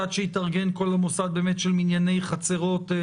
עד שהתארגן כל המוסד של מנייני חצרות.